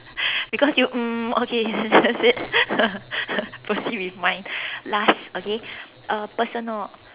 because you mm okay that's it proceed with mine last okay uh personal